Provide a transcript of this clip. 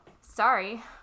sorry